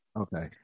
Okay